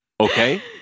Okay